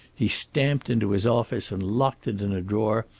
he stamped into his office and locked it in a drawer,